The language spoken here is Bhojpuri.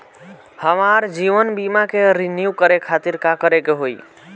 हमार जीवन बीमा के रिन्यू करे खातिर का करे के होई?